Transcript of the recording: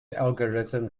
algorithm